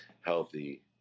healthy